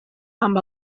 amb